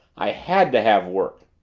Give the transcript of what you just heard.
i had to have work!